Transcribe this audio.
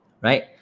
right